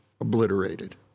obliterated